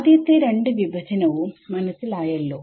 ആദ്യത്തെ രണ്ട് വിഭജനവും മനസ്സിലായല്ലോ